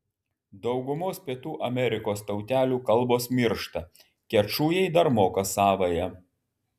daugumos pietų amerikos tautelių kalbos miršta kečujai dar moka savąją